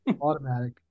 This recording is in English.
Automatic